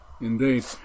Indeed